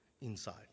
inside